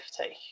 take